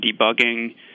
debugging